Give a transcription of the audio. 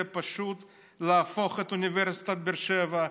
זה פשוט להפוך את אוניברסיטת באר-שבע,